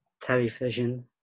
television